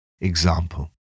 example